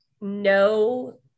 no